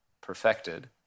perfected